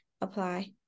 apply